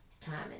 timing